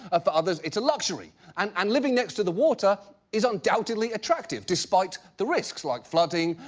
ah for others, it's a luxury. and and living next to the water is undoubtedly attractive, despite the risks, like flooding,